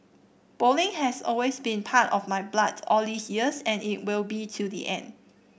bowling has always been part of my blood all these years and it will be till the end